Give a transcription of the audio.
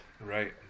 Right